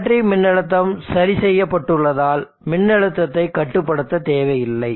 battery மின்னழுத்தம் சரி செய்யப்பட்டுள்ளதால் மின்னழுத்தத்தைக் கட்டுப்படுத்த தேவையில்லை